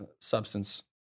substance